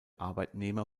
arbeitnehmer